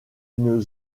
une